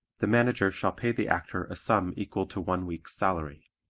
the manager shall pay the actor a sum equal to one week's salary.